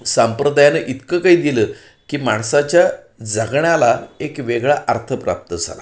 सांप्रदायानं इतकं काही दिलं की माणसाच्या जगण्याला एक वेगळा अर्थ प्राप्त झाला